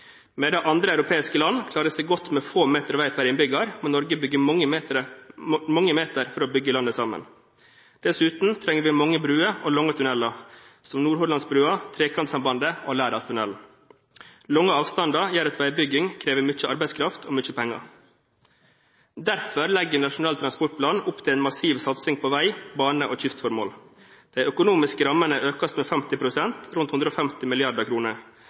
dyrere. Mens andre europeiske land klarer seg godt med få meter vei per innbygger, må Norge bygge mange meter for å bygge landet sammen. Dessuten trenger vi mange broer og lange tunneler, som Nordhordlandsbrua, Trekantsambandet og Lærdalstunnelen. Lange avstander gjør at veibygging krever mye arbeidskraft og mye penger. Derfor legger Nasjonal transportplan opp til en massiv satsing på vei, bane og kystformål. De økonomiske rammene økes med 50 pst. – rundt 150